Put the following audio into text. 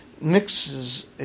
mixes